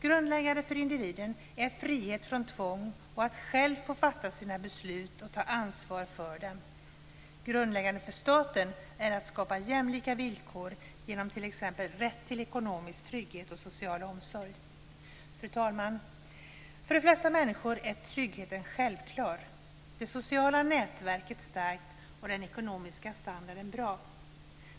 Grundläggande för individen är friheten från tvång och att man själv får fatta sina beslut och ta ansvar för dem. Grundläggande för staten är att skapa jämlika villkor genom t.ex. rätten till ekonomisk trygghet och social omsorg. Fru talman! För de flesta människor är tryggheten självklar, det sociala nätverket starkt och den ekonomiska standarden bra.